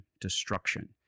destruction